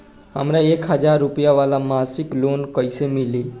हमरा एक हज़ार रुपया वाला मासिक लोन कईसे मिली?